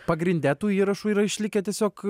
pagrinde tų įrašų yra išlikę tiesiog